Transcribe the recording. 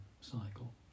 cycle